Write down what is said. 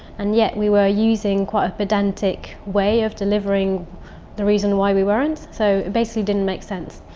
and yet we were using quite a pedantic way of delivering the reason why we weren't. so it basically didn't make sense.